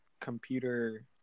computer